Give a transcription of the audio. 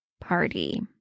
party